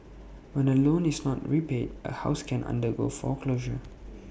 when A loan is not repaid A house can undergo foreclosure